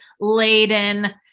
laden